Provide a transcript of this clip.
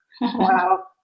Wow